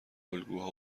الگوها